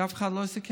כי אף אחד לא סיכם.